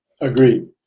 Agreed